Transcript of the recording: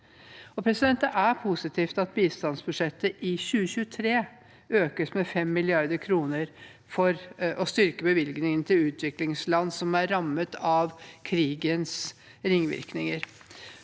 til. Det er positivt at bistandsbudsjettet i 2023 økes med 5 mrd. kr for å styrke bevilgningene til utviklingsland som er rammet av krigens ringvirkninger.